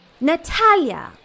Natalia